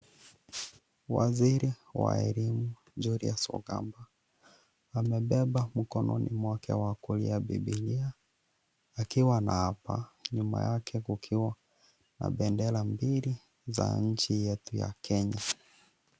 Waziri wa elimu Julius Ogamba amebeba mkononi mwake wa kulia bibilia akiwa anaapa nyuma yake kukiwa na bendera mbili za nchi yetu ya Kenya.